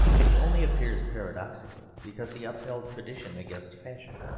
he only appears paradoxical because he upheld tradition against fashion.